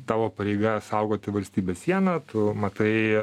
tavo pareiga saugoti valstybės sieną tu matai